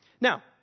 now